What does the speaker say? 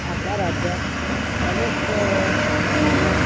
आपल्या राज्यात अनेक धर्म